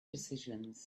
decisions